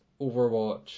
Overwatch